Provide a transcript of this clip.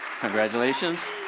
Congratulations